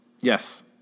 Yes